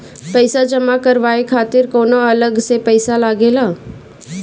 पईसा जमा करवाये खातिर कौनो अलग से पईसा लगेला?